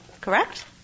correct